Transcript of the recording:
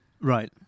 Right